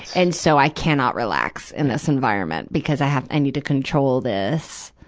and so i cannot relax in this environment because i have, i need to control this.